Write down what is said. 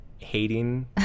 hating